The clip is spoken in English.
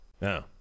No